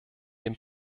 den